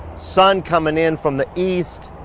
sun coming in from the east.